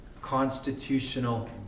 constitutional